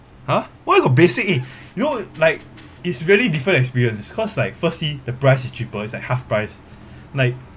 !huh! why got basic eh you know like it's really different experience is cause like first see the price is cheaper is like half price like